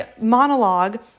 monologue